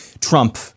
Trump